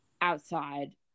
outside